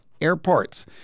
airports